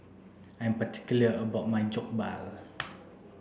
I'm particular about my Jokbal